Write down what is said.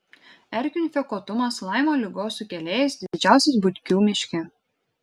erkių infekuotumas laimo ligos sukėlėjais didžiausias butkių miške